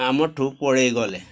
ଆମଠୁ ପଳାଇ ଗଲେ